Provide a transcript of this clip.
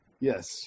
Yes